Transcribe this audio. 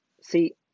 See